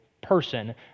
person